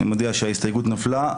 הצבעה הסתייגות נדחתה.